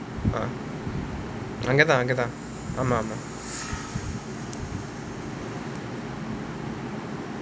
அங்க தான் அங்க தான் அமா:anga thaan anga thaan aamaa